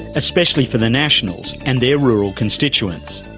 especially for the nationals and their rural constituents.